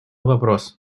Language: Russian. вопрос